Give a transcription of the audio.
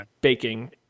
baking